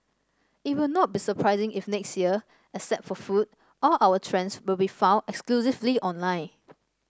it will not be surprising if next year except for food all our trends will be found exclusively online